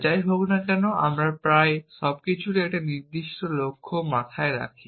যাই হোক না কেন আমরা প্রায় সব কিছুরই একটা নির্দিষ্ট লক্ষ্য মাথায় রাখি